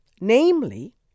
namely